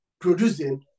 producing